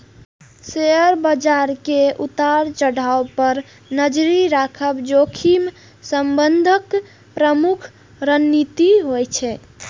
share बाजार के उतार चढ़ाव पर नजरि राखब जोखिम प्रबंधनक प्रमुख रणनीति होइ छै